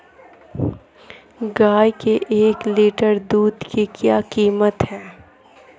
गाय के एक लीटर दूध की क्या कीमत है?